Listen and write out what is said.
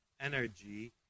energy